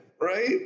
right